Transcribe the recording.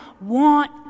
want